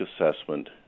assessment